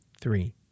three